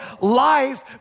life